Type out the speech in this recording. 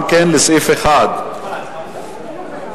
גם כן לסעיף 1. ההסתייגות של חבר הכנסת נחמן שי לסעיף 1 לא נתקבלה.